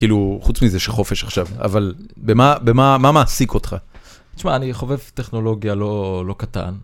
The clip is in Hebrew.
כאילו חוץ מזה שחופש עכשיו, אבל במה מעסיק אותך? תשמע, אני חובב טכנולוגיה לא קטן.